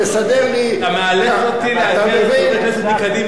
אתה מאלץ אותי להגן על חבר כנסת מקדימה שיכול לדבר,